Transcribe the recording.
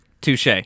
Touche